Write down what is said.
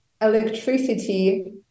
electricity